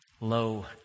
Lo